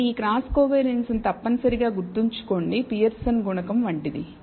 కాబట్టి ఈ cross covariance తప్పనిసరిగా గుర్తుంచుకోండి పియర్సన్ గుణకం వంటిది